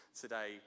today